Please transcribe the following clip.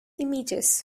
images